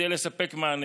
לספק מענה.